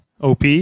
op